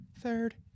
Third